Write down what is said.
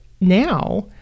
now